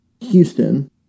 Houston